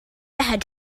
had